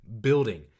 building